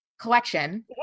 collection